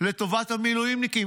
לטובת המילואימניקים.